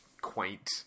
quaint